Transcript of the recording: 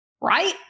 right